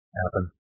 happen